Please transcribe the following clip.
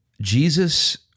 Jesus